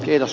kiitos